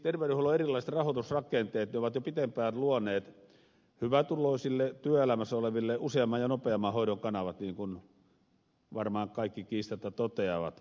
tietysti terveydenhuollon erilaiset rahoitusrakenteet ovat jo pitempään luoneet hyvätuloisille työelämässä oleville useamman ja nopeamman hoidon kanavat niin kuin varmaan kaikki kiistatta toteavat